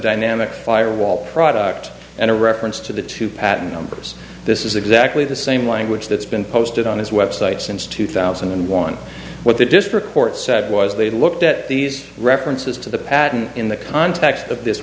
dynamic fire wall product and a reference to the two patent numbers this is exactly the same language that's been posted on his website since two thousand and one what the district court said was they looked at these references to the patent in the context of this